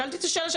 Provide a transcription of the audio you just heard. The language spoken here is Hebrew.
שאלתי את השאלה,